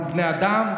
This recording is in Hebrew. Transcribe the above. אנחנו בני אדם,